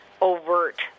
overt